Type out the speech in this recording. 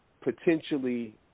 potentially